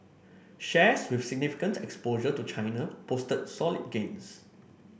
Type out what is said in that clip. shares with significant exposure to China posted solid gains